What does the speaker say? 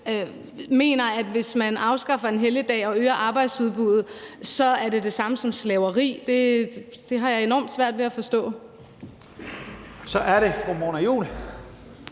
mener, at hvis man afskaffer en helligdag og øger arbejdsudbuddet, så er det samme som slaveri. Det har jeg enormt svært ved at forstå. Kl.